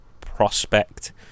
prospect